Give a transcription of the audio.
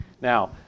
Now